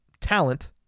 talent